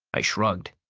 i shrugged.